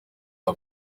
rwa